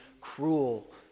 cruel